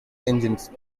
engines